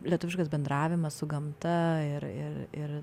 lietuviškas bendravimas su gamta ir ir ir